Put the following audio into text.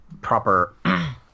proper